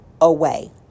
away